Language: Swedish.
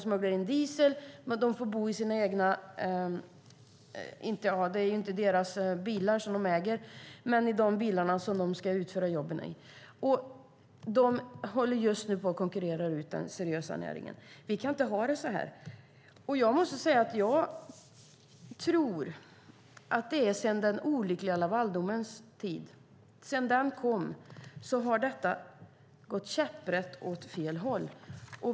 Även diesel smugglas in. De får bo i de bilar med vilka de ska utföra jobben. Just nu håller dessa åkare på att konkurrera ut den seriösa näringen. Vi kan inte ha det så här! Jag tror att det här finns alltsedan den olyckliga Lavaldomens tid. Sedan den domen kom har det gått käpprätt åt fel håll.